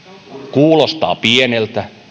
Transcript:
kuulostaa pieneltä